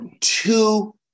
two